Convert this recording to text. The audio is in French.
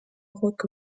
rock